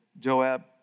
Joab